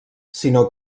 sinó